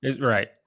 Right